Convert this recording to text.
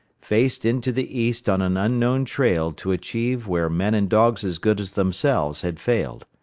faced into the east on an unknown trail to achieve where men and dogs as good as themselves had failed.